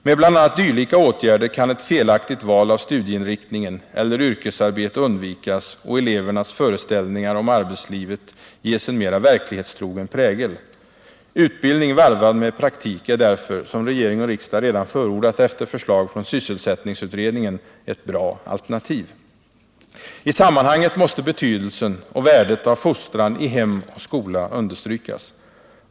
Med bl.a. dylika åtgärder kan ett felaktigt val av studieinriktning eller yrkesarbete undvikas och elevernas föreställningar om arbetslivet ges en mera verklighetstrogen prägel. Utbildning varvad med praktik är därför — som regering och riksdag redan förordat efter förslag från sysselsättningsutredningen — ett bra alternativ. I sammanhanget måste betydelsen och värdet av fostran i hem och skola understrykas.